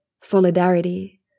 Solidarity